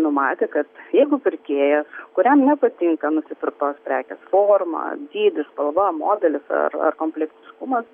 numatė kad jeigu pirkėjas kuriam nepatinka nusipirktos prekės forma dydis spalva modelis ar ar komplektiškumas